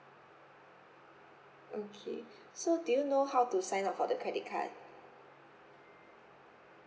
okay so do you know how to sign up for the credit card